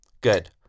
Good